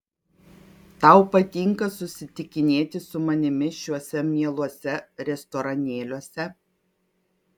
tau patinka susitikinėti su manimi šiuose mieluose restoranėliuose